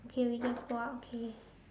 okay we just go out okay